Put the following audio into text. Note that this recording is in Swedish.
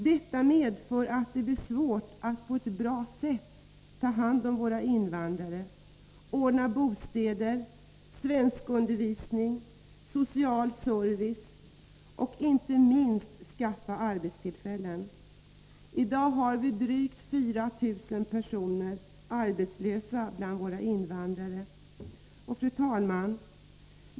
Detta medför att det blir svårt att på ett bra sätt ta hand om våra invandrare, ordna bostäder, svenskundervisning, social service och inte minst att skaffa arbetstillfällen. I dag har vi drygt 4 000 personer arbetslösa bland våra invandrare. Fru talman!